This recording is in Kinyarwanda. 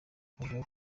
avuga